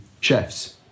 chefs